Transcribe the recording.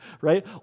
right